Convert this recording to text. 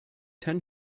ten